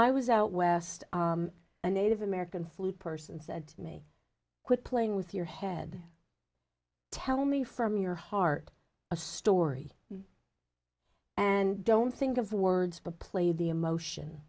i was out west a native american flute person said to me quit playing with your head tell me from your heart a story and don't think of words but play the emotion